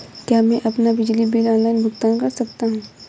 क्या मैं अपना बिजली बिल ऑनलाइन भुगतान कर सकता हूँ?